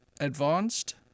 Advanced